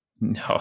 No